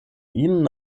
ihnen